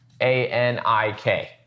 A-N-I-K